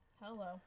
Hello